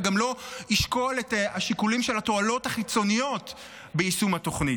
וגם לא ישקול את השיקולים של התועלות החיצוניות ביישום התוכנית.